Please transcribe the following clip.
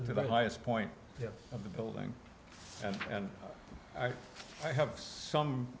the highest point of the building and i have some